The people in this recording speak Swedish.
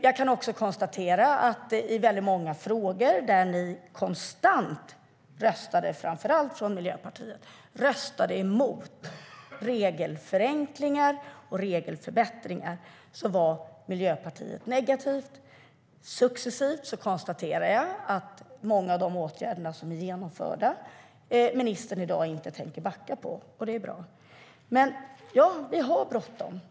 Jag kan också konstatera att ni, framför allt från Miljöpartiet, i väldigt många frågor konstant röstade emot regelförenklingar och regelförbättringar. Miljöpartiet var negativt. Successivt konstaterar jag, när det gäller många av de åtgärder som är genomförda, att ministern i dag inte tänker backa, och det är bra. Ja, vi har bråttom.